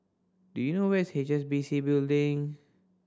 do you know where is H S B C Building